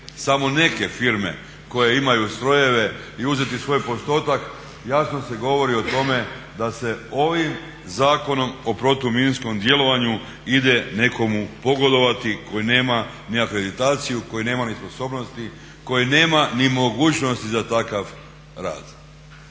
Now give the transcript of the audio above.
samo neke firme koje imaju strojeve i uzeti svoj postotak jasno se govori o tome da se ovim Zakonom o protuminskom djelovanju ide nekomu pogodovati koji nema ni akreditaciju, koji nema ni sposobnosti, koji nema ni mogućnosti za takav rad.